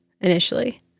initially